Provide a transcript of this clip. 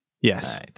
Yes